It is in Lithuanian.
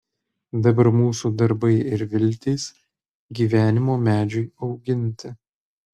dabar mūsų darbai ir viltys gyvenimo medžiui auginti